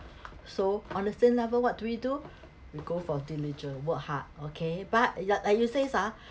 so honestly level what do we do we go for diligent work hard okay but ya like you say ah